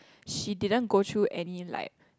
she didn't go through any like